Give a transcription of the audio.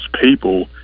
people